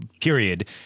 period